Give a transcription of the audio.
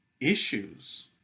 issues